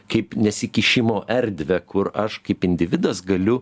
kaip nesikišimo erdvę kur aš kaip individas galiu